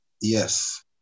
Yes